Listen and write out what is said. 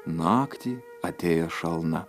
naktį atėjo šalna